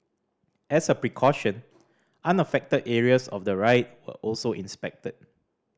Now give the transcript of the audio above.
as a precaution unaffected areas of the ride were also inspected